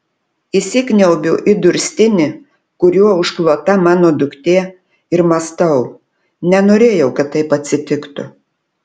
įsikniaubiu į durstinį kuriuo užklota mano duktė ir mąstau nenorėjau kad taip atsitiktų